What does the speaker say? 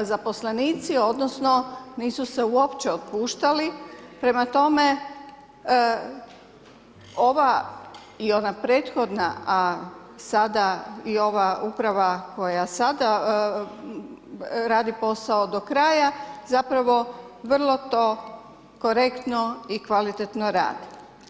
zaposlenici, odnosno nisu se uopće otpuštali, prema tome ova i ona prethodna, a sada i ova uprava koja sada radi posao do kraja, zapravo vrlo to korektno i kvalitetno radi.